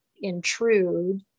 intrude